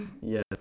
yes